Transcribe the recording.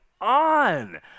on